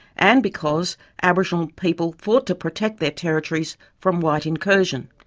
and because, aboriginal people fought to protect their territories from white incursion.